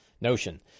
Notion